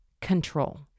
control